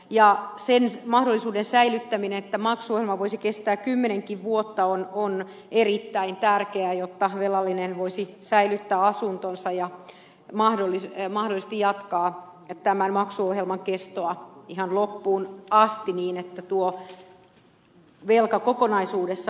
ja sen mahdollisuuden säilyttäminen että maksuohjelma voisi kestää kymmenenkin vuotta on erittäin tärkeää jotta velallinen voisi säilyttää asuntonsa ja mahdollisesti jatkaa tämän maksuohjelman kestoa ihan loppuun asti niin että tuo velka kokonaisuudessaan poistuisi